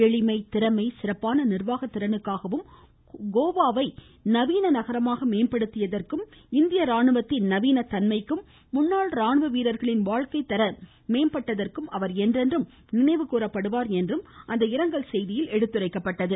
எளிமை திறமை சிறப்பான நிர்வாகத்திறனுக்காகவும் கோவாவை நவீன நகரமாக மேம்படுத்தியதற்கும் இந்திய ராணுவத்தின் நவீன தன்மைக்கும் முன்னாள் ராணுவ வீரர்களின் வாழ்க்கைத்தரம் மேம்பட்டதற்கும் அவர் என்றென்றும் நினைவுகூறப்படுவார் என்றும் அந்த இரங்கல் செய்தியில் எடுத்துரைக்கப்பட்டது